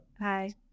Hi